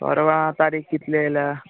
परवां तारीक कितली येला